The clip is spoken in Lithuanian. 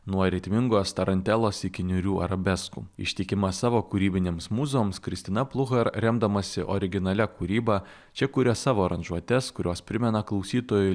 nuo ritmingos tarantelos iki niūrių arabeskų ištikima savo kūrybinėms mūzoms kristina pluhar remdamasi originalia kūryba čia kuria savo aranžuotes kurios primena klausytojui